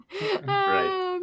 Right